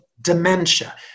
dementia